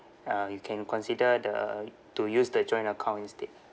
uh you can consider the to use the joint account instead